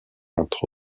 entre